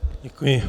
Děkuji.